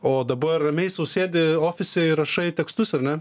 o dabar ramiai sau sėdi ofise ir rašai tekstus ar ne